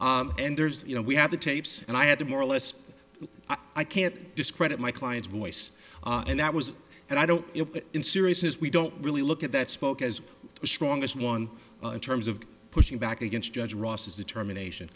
is and there's you know we have the tapes and i had to more or less i can't discredit my client's voice and that was and i don't in sirius's we don't really look at that spoke as the strongest one in terms of pushing back against judge ross's determination